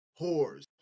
whores